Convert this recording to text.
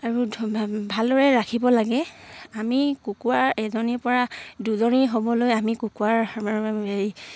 আৰু ভালদৰে ৰাখিব লাগে আমি কুকুৰাৰ এজনীৰ পৰা দুজনী হ'বলৈ আমি কুকুৰাৰ